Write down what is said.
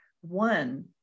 one